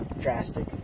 drastic